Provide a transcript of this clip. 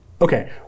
Okay